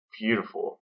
beautiful